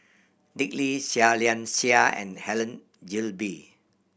Dick Lee Seah Liang Seah and Helen Gilbey